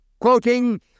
Quoting